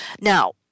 Now